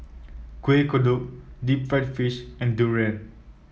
Kueh Kodok Deep Fried Fish and durian